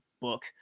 book